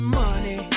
money